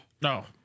no